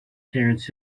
terence